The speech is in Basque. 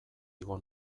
igo